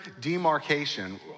demarcation